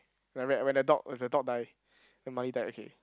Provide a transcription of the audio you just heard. when I read when the when the dog die then marley died okay